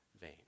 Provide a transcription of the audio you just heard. vain